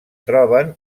troben